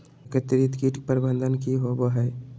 एकीकृत कीट प्रबंधन की होवय हैय?